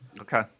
Okay